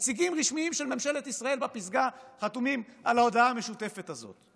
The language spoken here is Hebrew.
נציגים רשמיים של ממשלת ישראל בפסגה חתומים על ההודעה המשותפת הזאת.